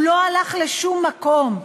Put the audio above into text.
הוא לא הלך לשום מקום,